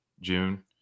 June